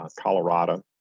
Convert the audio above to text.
Colorado